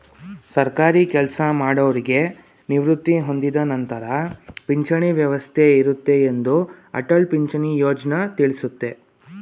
ಸರ್ಕಾರಿ ಕೆಲಸಮಾಡೌರಿಗೆ ನಿವೃತ್ತಿ ಹೊಂದಿದ ನಂತರ ಪಿಂಚಣಿ ವ್ಯವಸ್ಥೆ ಇರುತ್ತೆ ಎಂದು ಅಟಲ್ ಪಿಂಚಣಿ ಯೋಜ್ನ ತಿಳಿಸುತ್ತೆ